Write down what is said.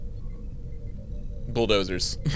bulldozers